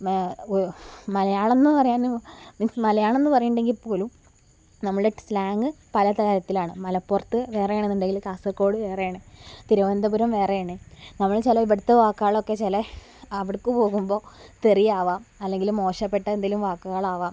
മലയാളം എന്ന് പറയാൻ മീൻസ് മലയാളം എന്ന് പറയുന്നുണ്ടെങ്കിൽ പോലും നമ്മളെ സ്ളാംഗ് പല തരത്തിലാണ് മലപ്പുറത്ത് വേറെ ആണെന്നുണ്ടെങ്കിൽ കാസർഗോഡ് വേറെ ആണ് തിരുവനന്തപുരം വേറെ ആണ് നമ്മൾ ചില ഇവിടത്തെ വാക്കുകളൊക്കെ ചില അവിടത്തേക്ക് പോകുമ്പോൾ തെറിയാവാം അല്ലെങ്കിൽ മോശപ്പെട്ട എന്തെങ്കിലും വാക്കുകളാവാം